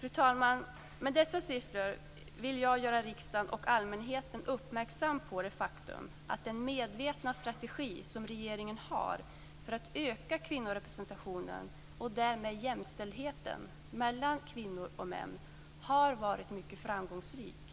Fru talman! Med dessa siffror vill jag göra riksdagen och allmänheten uppmärksam på det faktum att den medvetna strategi som regeringen har för att öka kvinnorepresentationen, och därmed jämställdheten mellan kvinnor och män, har varit mycket framgångsrik.